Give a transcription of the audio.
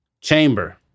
Chamber